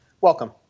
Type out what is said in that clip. Welcome